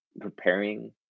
preparing